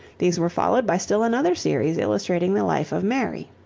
these were followed by still another series illustrating the life of mary.